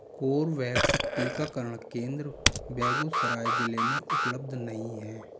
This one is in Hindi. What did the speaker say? कोर्वैक्स टीकाकरण केंद्र बेगूसराय ज़िले में उपलब्ध नहीं है